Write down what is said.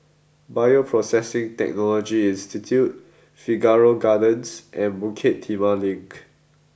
Bioprocessing Technology Institute Figaro Gardens and Bukit Timah Link